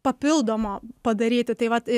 papildomo padaryti tai vat